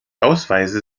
ausweise